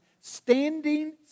standing